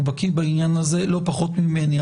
והוא בקיא בעניין הזה לא פחות ממני.